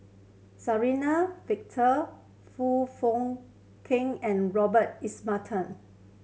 Suzann Victor Foong Fook Kay and Robert Ibbetson